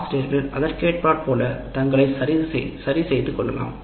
ஆசிரியர்கள் அதற்கேற்றார் போல தங்கள் சரி செய்து கொள்ள வேண்டும்